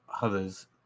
others